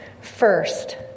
First